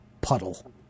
puddle